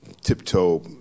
tiptoe